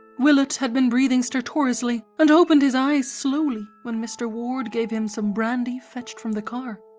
willett had been breathing stertorously, and opened his eyes slowly when mr. ward gave him some brandy fetched from the car.